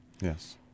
Yes